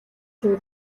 шүү